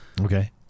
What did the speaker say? Okay